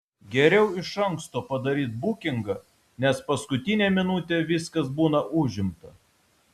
geriau iš anksto padaryt bukingą nes paskutinę minutę viskas būna užimta